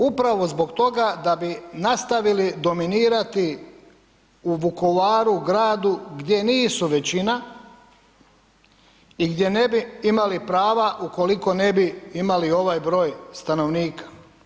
Upravo zbog toga da bi nastavili dominirati u Vukovaru, gradu gdje nisu većina i gdje ne bi imali prava ukoliko ne bi imali ovaj broj stanovnika.